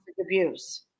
abuse